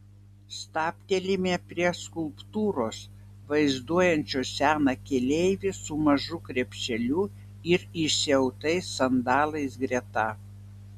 stabtelime prie skulptūros vaizduojančios seną keleivį su mažu krepšeliu ir išsiautais sandalais greta